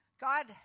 God